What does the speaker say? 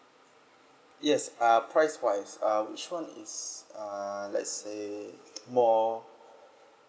yes uh price wise uh which one is uh let's say more